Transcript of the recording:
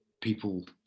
people